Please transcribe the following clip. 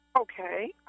Okay